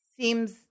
seems